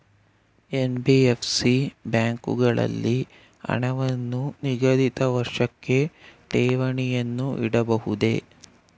NBFC ಬ್ಯಾಂಕುಗಳಲ್ಲಿ ಹಣವನ್ನು ನಿಗದಿತ ವರ್ಷಕ್ಕೆ ಠೇವಣಿಯನ್ನು ಇಡಬಹುದೇ?